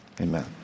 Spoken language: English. Amen